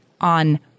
on